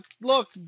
look